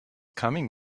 coming